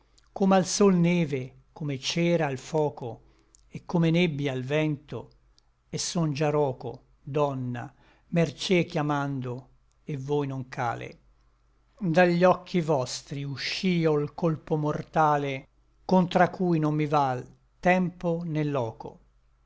come al sol neve come cera al foco et come nebbia al vento et son già roco donna mercé chiamando et voi non cale da gli occhi vostri uscío l colpo mortale contra cui non mi val tempo né loco